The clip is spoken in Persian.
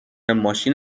ماشین